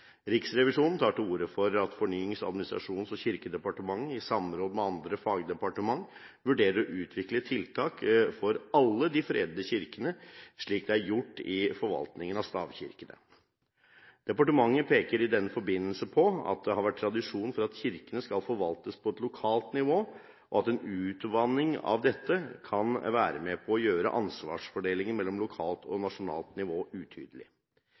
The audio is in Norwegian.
Riksrevisjonen tar til orde for at Fornyings-, administrasjons- og kirkedepartementet, i samråd med andre fagdepartementer, vurderer å utvikle tiltak for alle de fredede kirkene, slik det er gjort i forvaltningen av stavkirkene. Departementet peker i den forbindelse på at det har vært tradisjon for at kirkene skal forvaltes på et lokalt nivå, og at en utvanning av dette kan være med på å gjøre ansvarsfordelingen mellom lokalt og nasjonalt nivå utydelig.